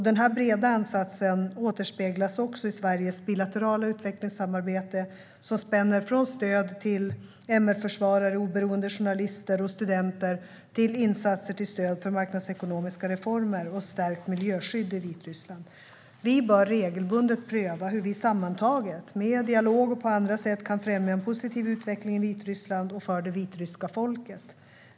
Denna breda ansats återspeglas även i Sveriges bilaterala utvecklingssamarbete, som spänner från stöd till MR-försvarare, oberoende journalister och studenter till insatser till stöd för marknadsekonomiska reformer och ett stärkt miljöskydd i Vitryssland. Vi bör regelbundet pröva hur vi sammantaget, med dialog och på andra sätt, kan främja en positiv utveckling i Vitryssland och för det vitryska folket.